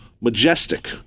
majestic